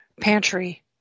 pantry